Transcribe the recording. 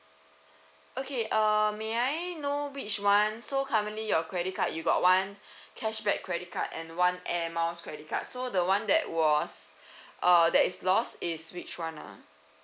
okay uh may I know which ones so currently your credit card you got one cashback credit card and one airmiles credit card so the one that was uh that is lost is which one ah